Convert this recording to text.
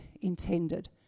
intended